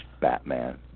Batman